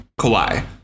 Kawhi